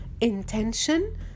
intention